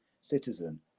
citizen